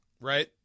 right